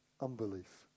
unbelief